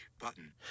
button